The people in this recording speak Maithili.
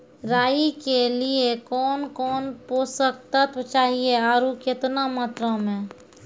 राई के लिए कौन कौन पोसक तत्व चाहिए आरु केतना मात्रा मे?